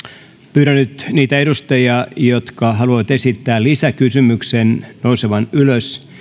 pyydän nyt niitä edustajia jotka haluavat esittää lisäkysymyksen nousemaan ylös